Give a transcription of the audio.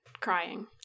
crying